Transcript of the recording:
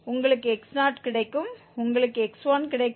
உங்களுக்கு x0 கிடைக்கும் உங்களுக்கு x1 கிடைக்கும்